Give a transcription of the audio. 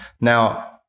Now